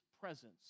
presence